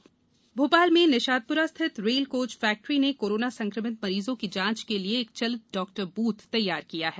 चरक mobile चिकित्सा भोपाल में निशातपुरा स्थित रेल कोच फैक्ट्री ने कोरोना संक्रमित मरीजों की जांच के लिए एक चलित डॉक्टर बूथ तैयार किया है